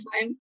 time